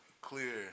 clear